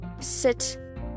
sit